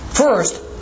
First